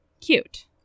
Cute